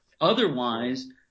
Otherwise